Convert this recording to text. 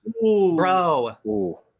Bro